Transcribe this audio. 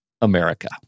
America